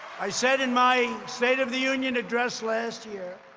i said in my state of the union address last year,